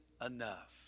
enough